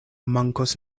mankos